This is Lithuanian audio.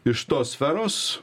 iš tos sferos